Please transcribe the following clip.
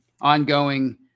ongoing